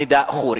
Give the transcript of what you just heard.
נידאא ח'ורי,